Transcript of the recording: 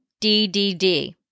DDD